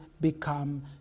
become